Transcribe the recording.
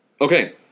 Okay